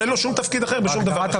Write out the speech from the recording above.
הוא ללא שום תפקיד אחר בשום דבר.